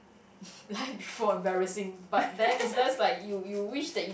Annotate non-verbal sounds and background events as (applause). (laughs) life before embarrassing but then it's just like you you wish that